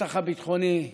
המתח הביטחוני,